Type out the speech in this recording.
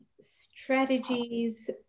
strategies